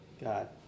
god